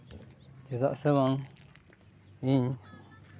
ᱪᱮᱫᱟᱜ ᱥᱮ ᱵᱟᱝ ᱤᱧ